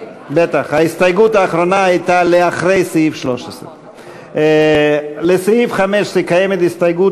ההסתייגות האחרונה הייתה לאחרי סעיף 13. לסעיף 15 קיימת הסתייגות,